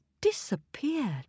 disappeared